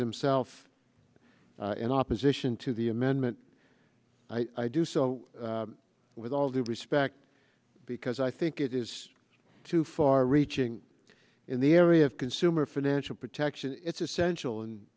him self in opposition to the amendment i do so with all due respect because i think it is too far reaching in the area of consumer financial protection it's essential and